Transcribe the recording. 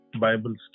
Bibles